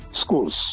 schools